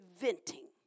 venting